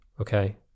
okay